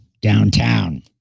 downtown